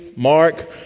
Mark